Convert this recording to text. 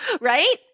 Right